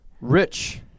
Rich